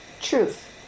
Truth